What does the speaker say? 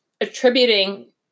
attributing